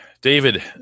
David